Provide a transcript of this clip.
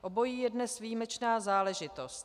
Obojí je dnes výjimečná záležitost.